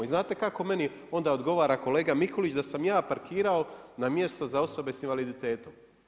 I znate kako meni onda odgovara kolega Mikulić, da sam ja parkirao na mjesto za osobe sa invaliditetom.